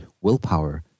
willpower